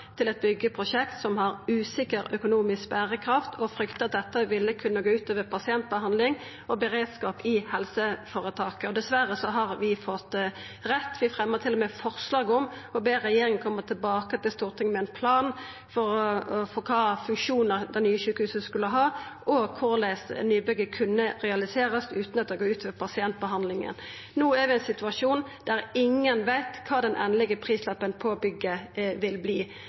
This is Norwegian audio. til eit byggjeprosjekt som hadde usikker økonomisk berekraft, og frykta at dette ville kunna gå ut over pasientbehandling og beredskap i helseføretaket. Dessverre har vi fått rett. Vi fremja til og med forslag om å be regjeringa koma tilbake til Stortinget med ein plan for kva funksjonar det nye sjukehuset skulle ha, og korleis nybygget kunne realiserast utan at det gjekk ut over pasientbehandlinga. No er vi i ein situasjon der ingen veit kva den endelege prislappen på bygget vil